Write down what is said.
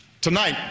Tonight